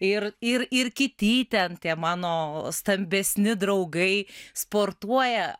ir ir ir kiti ten tie mano stambesni draugai sportuoja